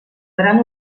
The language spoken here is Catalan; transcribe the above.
gran